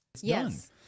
Yes